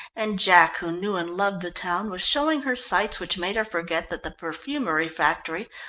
and jack, who knew and loved the town, was showing her sights which made her forget that the perfumerie factory,